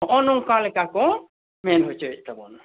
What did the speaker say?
ᱦᱚᱜᱼᱚᱭ ᱱᱚᱝᱠᱟ ᱞᱮᱠᱟ ᱠᱚ ᱢᱮᱱ ᱦᱚᱪᱚᱭᱮᱫ ᱛᱟᱵᱚᱱᱟ